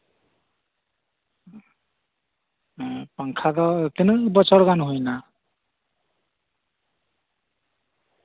ᱚᱱᱠᱟ ᱫᱚ ᱛᱤᱱᱟᱹᱝ ᱵᱚᱪᱷᱚᱨ ᱜᱟᱱ ᱦᱩᱭᱮᱱᱟ